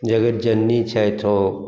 जगत जननी छथि ओ